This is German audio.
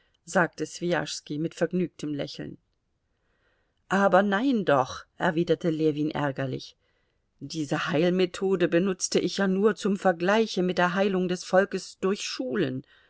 sagte swijaschski mit vergnügtem lächeln aber nein doch erwiderte ljewin ärgerlich diese heilmethode benutzte ich ja nur zum vergleiche mit der heilung des volkes durch schulen